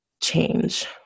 change